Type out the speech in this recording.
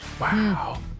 Wow